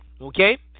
Okay